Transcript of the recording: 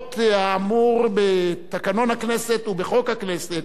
למרות האמור בתקנון הכנסת ובחוק הכנסת,